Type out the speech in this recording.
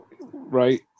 Right